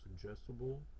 suggestible